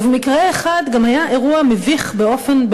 ובמקרה אחד גם היה אירוע מביך באופן,